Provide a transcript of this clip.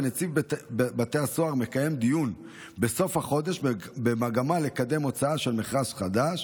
ונציב בתי הסוהר מקיים דיון בסוף החודש במגמה לקדם הוצאה של מכרז חדש,